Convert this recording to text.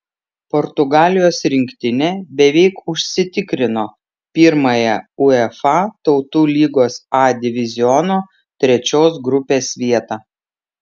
portugalijos rinktinė beveik užsitikrino pirmąją uefa tautų lygos a diviziono trečios grupės vietą